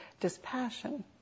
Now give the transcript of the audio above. dispassion